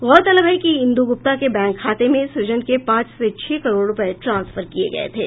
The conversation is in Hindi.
गौरतलब है कि इंदु गुप्ता के बैंक खातें में सृजन के पांच से छह करोड़ रूपये ट्रांसफर किये गये थे